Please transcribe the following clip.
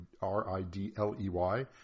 R-I-D-L-E-Y